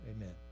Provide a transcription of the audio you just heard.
amen